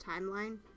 timeline